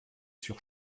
sur